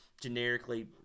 generically